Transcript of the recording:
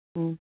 ꯎꯝ